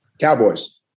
Cowboys